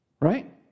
Right